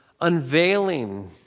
unveiling